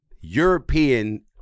European